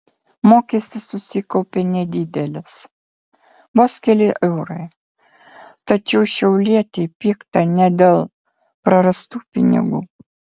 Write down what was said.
mokestis susikaupė nedidelis vos keli eurai tačiau šiaulietei pikta ne dėl prarastų pinigų